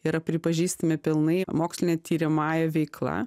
yra pripažįstami pilnai moksline tiriamąja veikla